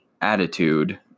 attitude